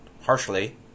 harshly